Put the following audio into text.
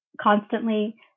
constantly